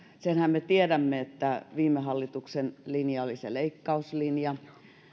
senhän me tiedämme että viime hallituksen linja oli se leikkauslinja